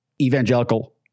evangelical